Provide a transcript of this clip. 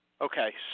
Okay